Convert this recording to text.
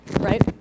Right